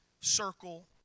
circle